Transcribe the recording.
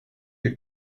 your